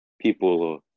people